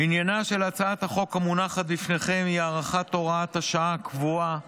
עניינה של הצעת החוק המונחת בפניכם היא הארכת הוראת השעה הקבועה